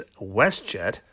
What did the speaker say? WestJet